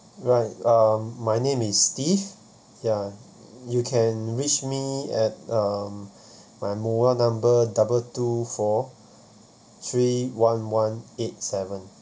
right um my name is steve ya you can reach me at um my mobile number double two four three one one eight seven